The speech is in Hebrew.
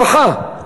את שר הרווחה.